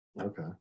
Okay